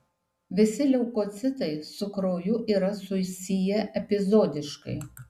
visi leukocitai su krauju yra susiję epizodiškai